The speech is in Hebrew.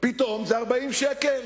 פתאום זה 40 שקל,